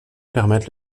permettent